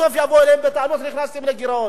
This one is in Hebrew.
בסוף יבואו אליהם בטענות: נכנסתם לגירעון.